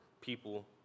people